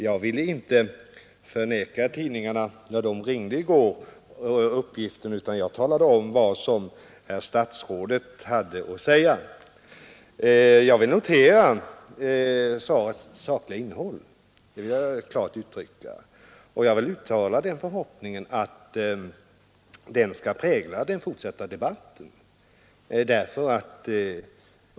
Jag ville inte neka tidningarna, när man ringde i går, utan talade om vad herr statsrådet hade att säga. Jag noterar svarets sakliga innehåll och uttalar förhoppningen att samma positiva inställning skall prägla den fortsatta debatten om Åsnen.